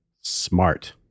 smart